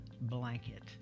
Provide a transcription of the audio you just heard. blanket